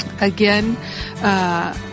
Again